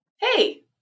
Hey